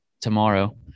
tomorrow